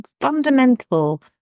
fundamental